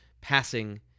passing